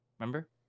Remember